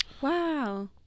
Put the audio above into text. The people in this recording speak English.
wow